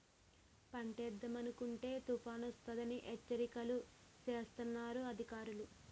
పంటేద్దామనుకుంటే తుపానొస్తదని హెచ్చరికలు సేస్తన్నారు అధికారులు